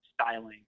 styling